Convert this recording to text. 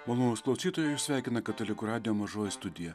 malonūs klausytojai jus sveikina katalikų radijo mažoji studija